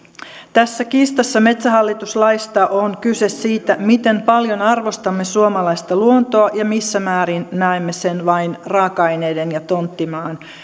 tässä kiistassa metsähallitus laista on kyse siitä miten paljon arvostamme suomalaista luontoa ja missä määrin näemme sen vain raaka aineiden ja tonttimaan